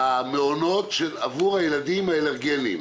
במעונות עבור הילדים האלרגיים.